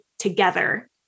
together